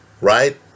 right